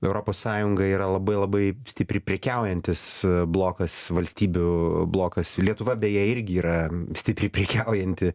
europos sąjunga yra labai labai stipriai prekiaujantis blokas valstybių blokas lietuva beje irgi yra stipriai prekiaujanti